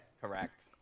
Correct